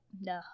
no